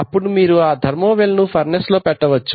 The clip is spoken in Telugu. ఇప్పుడు మీరు ఆ ధర్మోవెల్ ను ఫర్నెస్ లో పెట్టవచ్చు